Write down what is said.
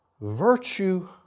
virtue